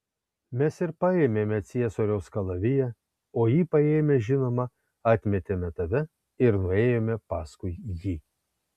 mes ir paėmėme ciesoriaus kalaviją o jį paėmę žinoma atmetėme tave ir nuėjome paskui jį